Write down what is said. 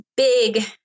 big